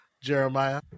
jeremiah